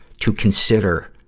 to consider